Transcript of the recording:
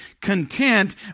content